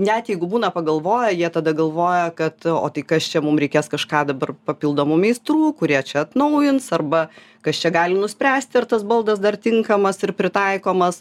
net jeigu būna pagalvoję jie tada galvoja kad o tai kas čia mum reikės kažką dabar papildomų meistrų kurie čia atnaujins arba kas čia gali nuspręsti ar tas baldas dar tinkamas ir pritaikomas